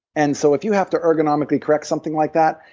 and so if you have to ergonomically correct something like that,